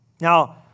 Now